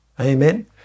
Amen